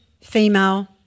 female